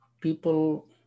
people